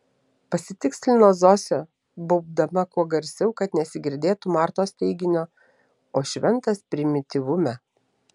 pasitikslino zosė baubdama kuo garsiau kad nesigirdėtų martos teiginio o šventas primityvume